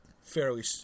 fairly